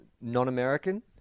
non-American